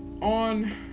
On